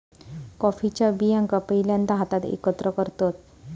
कॉफीच्या बियांका पहिल्यांदा हातात एकत्र करतत